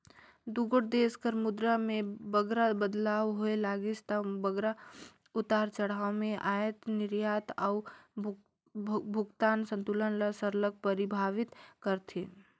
दुगोट देस कर मुद्रा में बगरा बदलाव होए लगिस ता बगरा उतार चढ़ाव में अयात निरयात अउ भुगतान संतुलन ल सरलग परभावित करथे